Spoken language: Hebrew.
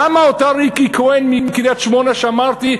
למה לאותה ריקי כהן מקריית-שמונה שהזכרתי,